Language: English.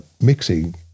mixing